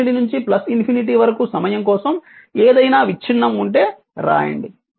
∞ నుంచి ∞ వరకు సమయం కోసం ఏదైనా విచ్ఛిన్నం ఉంటే రాయండి